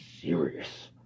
serious